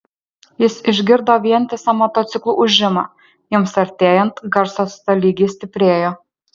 jis išgirdo vientisą motociklų ūžimą jiems artėjant garsas tolygiai stiprėjo